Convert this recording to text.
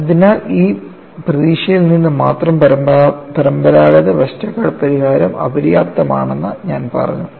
അതിനാൽ ഈ പ്രതീക്ഷയിൽ നിന്ന് മാത്രം പരമ്പരാഗത വെസ്റ്റർഗാർഡ് പരിഹാരം അപര്യാപ്തമാണെന്ന് ഞാൻ പറഞ്ഞു